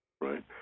right